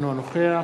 אינו נוכח